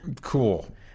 Cool